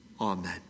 Amen